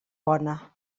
bona